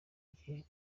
gihe